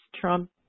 trump